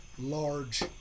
large